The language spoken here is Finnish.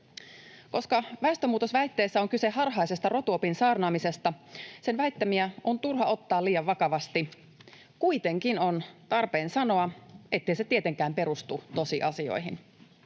Koska väestönmuutosväitteissä on kyse harhaisesta rotuopin saarnaamisesta, sen väittämiä on turha ottaa liian vakavasti. Kuitenkin on tarpeen sanoa, ettei se tietenkään perustu tosiasioihin.